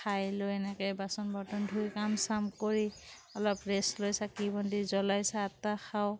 খাই লৈ এনেকে বাচন বৰ্তন ধুই কাম চাম কৰি অলপ ৰেষ্ট লৈ চাকি বন্তি জ্বলাই চাহ তা খাওঁ